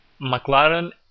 McLaren